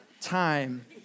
time